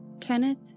Kenneth